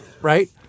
right